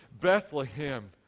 Bethlehem